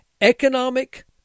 Economic